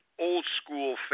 old-school